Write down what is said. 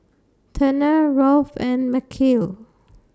Turner Rolf and Mikeal